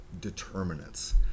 determinants